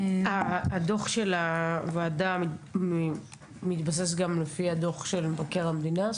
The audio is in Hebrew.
הדוח של הוועדה מתבסס גם לפי הדוח של מבקר המדינה?